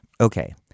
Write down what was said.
Okay